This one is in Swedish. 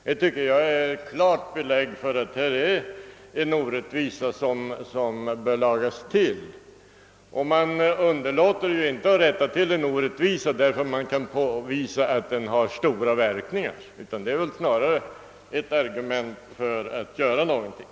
Jag tycker att det är ett klart belägg för att det här är fråga om en orättvisa, som bör rättas till. Man underlåter ju inte att rätta till en orättvisa, därför att det kan påvisas att den har stora återverkningar, utan detta är snarare ett argument för att göra någonting.